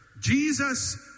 Jesus